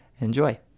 enjoy